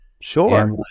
Sure